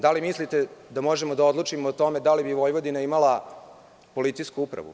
Da li mislite da možemo da odlučimo o tome da li bi Vojvodina imala policijsku upravu?